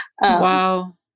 Wow